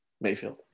Mayfield